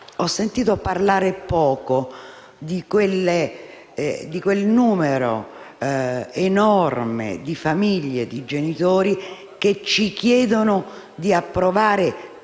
ho sentito parlare poco del numero enorme di famiglie e genitori che ci chiedono di approvare